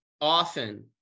often